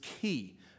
key